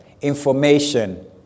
information